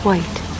White